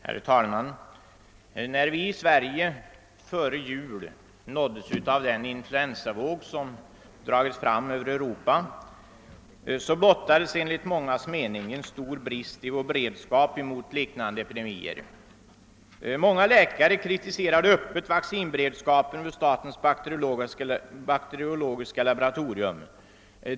Herr talman! När vi i Sverige före jul nåddes av den influensavåg som dragit fram över Europa, blottades enligt mångas mening en stor brist i vår beredskap mot liknande epidemier. Många läkare kritiserade öppet vaccinberedskapen vid statens bakteriologiska laboratorium.